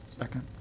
Second